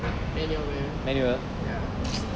manual manual ya